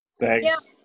thanks